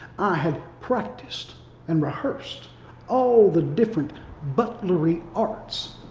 had practiced and rehearsed all the different butlery arts.